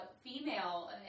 female